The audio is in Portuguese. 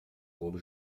bolo